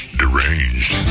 deranged